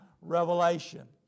revelation